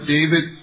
David